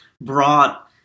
brought